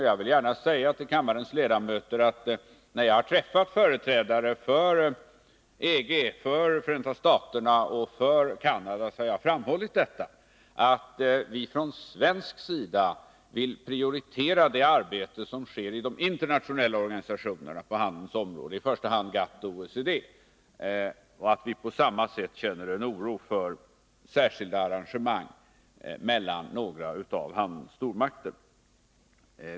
Jag vill gärna tala om för kammarens ledamöter att jag, när jag har träffat företrädare för EG, Förenta staterna och Canada, har framhållit att vi från svensk sida vill prioritera det arbete som sker i de internationella organisationerna på handelns område, i första hand GATT och OECD, och att vi känner en oro för särskilda arrangemang mellan några av handelns stormakter.